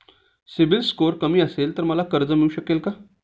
CIBIL score कमी असेल तर मला कर्ज मिळू शकेल का?